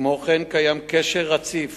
כמו כן קיים קשר רציף